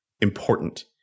important